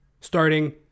starting